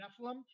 Nephilim